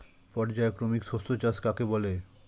পর্যায়ক্রমিক শস্য চাষ কাকে বলে?